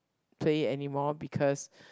play it anymore because